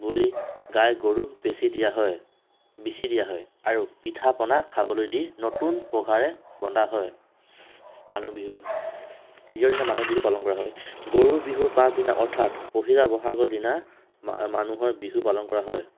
বুলি গাই গৰুক বেচি দিয়া হয় বিচি দিয়া হয় আৰু পিঠা পনা খাবলৈ দি নতুন পঘাৰে বন্ধা হয় মানুহ বিহু দ্বিতীয় দিনা মানুহ বিহু পালন কৰা হয় গৰু বিহুৰ পাছ দিনা অৰ্থাৎ পহিলা ব'হাগৰ দিনা মা মানুহৰ বিহু পালন কৰা হয়